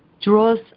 draws